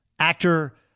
Actor